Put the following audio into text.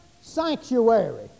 Sanctuary